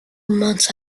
months